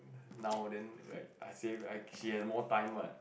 now then like I say I save she has more time what